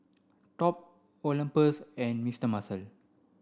Top Olympus and Mister Muscle